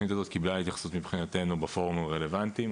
התוכנית הזאת קיבלה התייחסות מבחינתנו בפורום הרלוונטי.